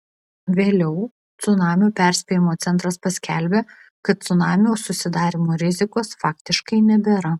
vėliau cunamių perspėjimo centras paskelbė kad cunamių susidarymo rizikos faktiškai nebėra